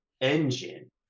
engine